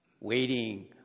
waiting